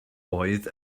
oedd